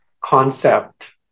concept